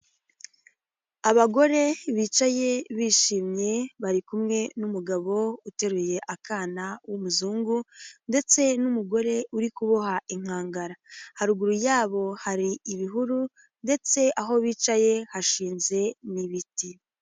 Abagore bicaye bishimye bari kumwe n'umugabo uteruye akana w'umuzungu ndetse n'umugore uri kuboha inkangara, haruguru yabo hari ibihuru ndetse aho bicaye hashinze n'ibiti.